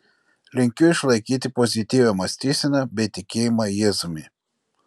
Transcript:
linkiu išlaikyti pozityvią mąstyseną bei tikėjimą jėzumi